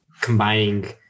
Combining